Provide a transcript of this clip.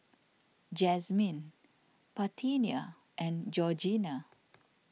Jazmine Parthenia and Georgina